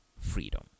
freedom